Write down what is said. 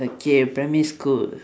okay primary school